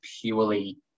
purely